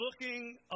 looking